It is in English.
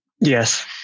Yes